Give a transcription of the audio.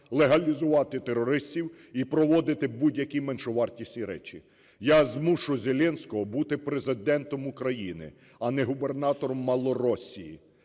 легалізувати терористів і проводити будь-які меншовартісні речі. Я змушу Зеленського бути Президентом України, а не губернатором Малоросії.